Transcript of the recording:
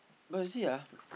but you see ah